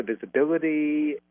visibility